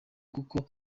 kuko